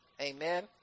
Amen